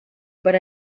but